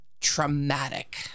traumatic